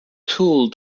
tool